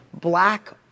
Black